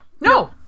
no